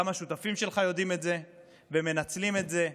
גם השותפים שלך יודעים את זה ומנצלים את זה,